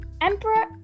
Emperor